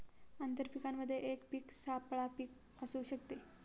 आंतर पीकामध्ये एक पीक सापळा पीक असू शकते